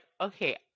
okay